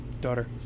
Daughter